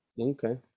Okay